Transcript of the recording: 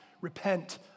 Repent